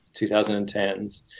2010s